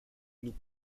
nous